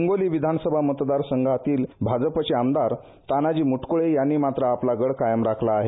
हिंगोली विधानसभा मतदारसंघातील भाजपचे आमदार तानाजी म्टक्ळे यांनी मात्र आपला गड कायम राखला आहे